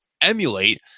Emulate